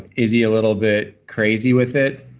is he a little bit crazy with it?